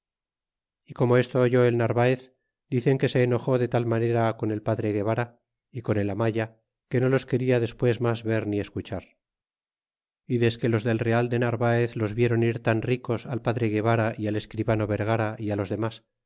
e como esto oyó el narvaez dicen que se enojó de tal manera con el padre guevara y con el amaya que no los quena despues mas ver ni escuchar y desque los del real de narvaez los viéron ir tan ricos al padre guevara y al escribano vergara é los domas